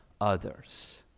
others